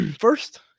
first